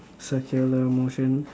circular motion